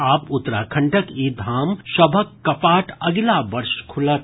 आब उत्तराखंडक ई धाम सभक कपाट अगिला वर्ष खुलत